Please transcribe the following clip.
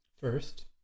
first